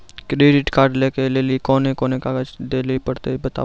Credit card लै के लेली कोने कोने कागज दे लेली पड़त बताबू?